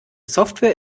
software